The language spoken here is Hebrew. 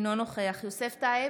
אינו נוכח יוסף טייב,